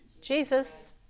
Jesus